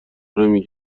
نمی